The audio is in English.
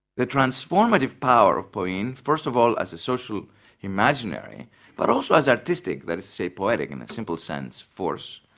the transformative power of poiein, first of all as a social imaginary but also as artistic, let us say poetic, in a simple sense force,